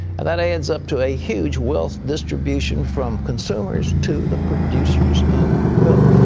and that adds up to a huge wealth distribution from consumers to the producers of milk.